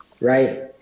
right